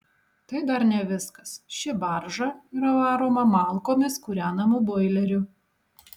tai dar ne viskas ši barža yra varoma malkomis kūrenamu boileriu